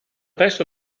presto